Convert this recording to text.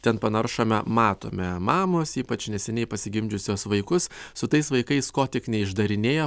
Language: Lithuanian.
ten panaršome matome mamos ypač neseniai pasigimdžiusios vaikus su tais vaikais ko tik neišdarinėja